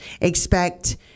expect